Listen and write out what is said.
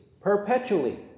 perpetually